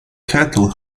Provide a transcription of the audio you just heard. cattle